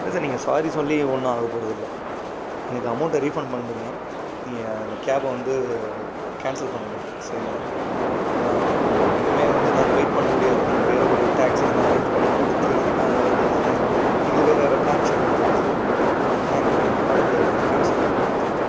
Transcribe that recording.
இல்லை சார் நீங்கள் சாரி சொல்லி ஒன்றும் ஆகப்போறதில்லை எனக்கு அமௌண்ட ரீஃபண்ட் பண்ணிவிடுங்க நீங்கள் அந்த கேபை வந்து கேன்சல் பண்ணிவிடுங்க சரீங்களா ஏன்னால் இப்போது இனிமேல் வந்து நாங்கள் வெயிட் பண்ண முடியாது நீங்கள் வேறு ஒரு டாக்ஸி நீங்கள் அரேஞ்ச் பண்ணி கொடுத்து இனிமேல் அவங்க வந்து நாங்கள் எங்களுக்கு வேறு வேறு பிளான் இருக்குது சார் தேங்க்யூ நீங்கள் ஆர்டரை தயவு செஞ்சு கேன்சல் பண்ணிவிடுங்க தேங்க்யூ